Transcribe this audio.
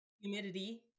humidity